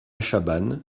chabanne